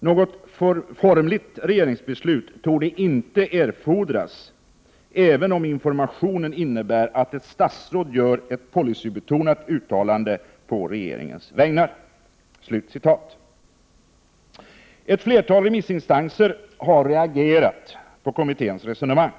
Något formligt regeringsbeslut torde inte erfordras även om informationen innebär att ett statsråd gör ett policybetonat uttalande på regeringens vägnar.” Ett flertal remissinstanser har reagerat på kommitténs resonemang.